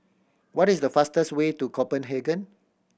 what is the fastest way to Copenhagen